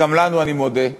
וגם לנו, אני מודה.